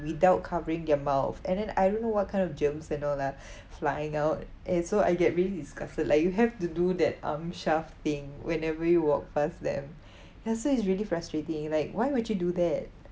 without covering their mouth and then I don't know what kind of germs and all lah flying out and so I get really disgusted like you have to do that um such thing whenever you walk past them ya so it's really frustrating like why would you do that